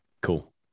Cool